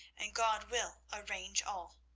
and god will arrange all.